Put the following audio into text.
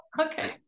Okay